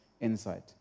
insight